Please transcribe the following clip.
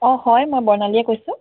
অঁ হয় মই বৰ্ণালীয়ে কৈছোঁ